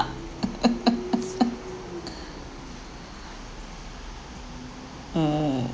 mm